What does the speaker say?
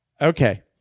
okay